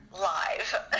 live